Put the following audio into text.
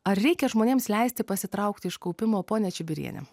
ar reikia žmonėms leisti pasitraukti iš kaupimo ponia čibiriene